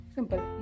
Simple